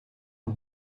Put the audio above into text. aan